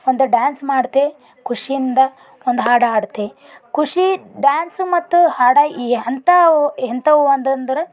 ಒಂದು ಡಾನ್ಸ್ ಮಾಡ್ತೆ ಖುಷಿಯಿಂದ ಒಂದು ಹಾಡು ಹಾಡ್ತೆ ಖುಷಿ ಡಾನ್ಸ್ ಮತ್ತ ಹಾಡು ಈ ಅಂಥವ್ ಎಂಥವು ಅಂದಂದ್ರೆ